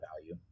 value